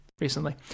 recently